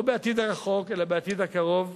לא בעתיד הרחוק אלא בעתיד הקרוב,